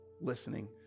listening